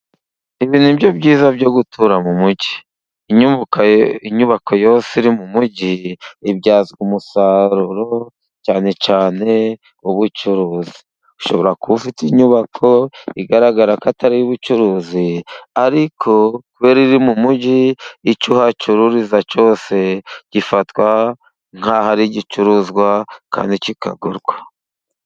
Ibi nibyo byiza byo gutura mu mujyi, inyubako yose iri mu mujyi ibyazwa umusaruro cyane cyane ubucuruzi. Ushobora kuba ufite inyubako igaragara ko atari uy'ubucuruzi ariko iri mu mujyi icyohacururizwa cyose gifatwa nk'ahari igicuruzwa kandi kikagurwa.